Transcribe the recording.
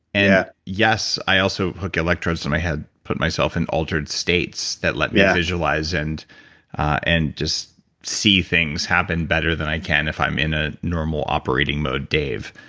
and yeah yes, i also hook electrodes to my head, put myself in altered states that let me visualize and and just see things happen better than i can if i'm in a normal operating mode dave.